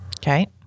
Okay